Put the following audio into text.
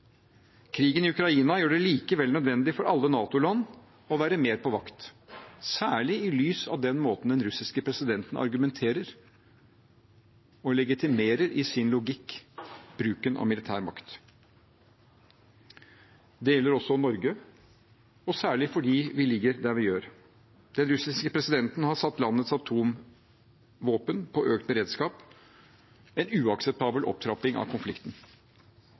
Krigen i Ukraina gjør det likevel nødvendig for alle NATO-land å være mer på vakt, særlig i lys av den måten den russiske presidenten i sin logikk argumenterer og legitimerer bruken av militær makt. Det gjelder også Norge, særlig fordi vi ligger der vi gjør. Den russiske presidenten har satt landets atomvåpen i økt beredskap – en uakseptabel opptrapping av konflikten.